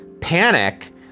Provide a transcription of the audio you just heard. panic